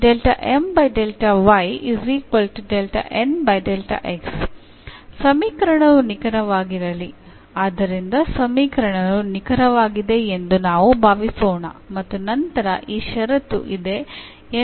ಸಮೀಕರಣವು ನಿಖರವಾಗಿರಲಿ ಆದ್ದರಿಂದ ಸಮೀಕರಣವು ನಿಖರವಾಗಿದೆ ಎಂದು ನಾವು ಭಾವಿಸುಸೋಣ ಮತ್ತು ನಂತರ ಈ ಷರತ್ತು ಇದೆ ಎಂದು ನಾವು ಸಾಬೀತುಪಡಿಸುತ್ತೇವೆ